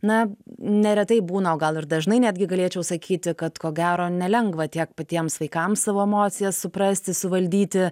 na neretai būna o gal ir dažnai netgi galėčiau sakyti kad ko gero nelengva tiek patiems vaikams savo emocijas suprasti suvaldyti